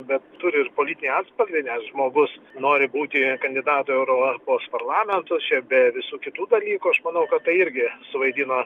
bet turi ir politinį atspalvį nes žmogus nori būti kandidatu į europos parlamentus čia be visų kitų dalykų aš manau kad tai irgi suvaidino